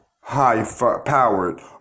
high-powered